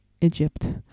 Egypt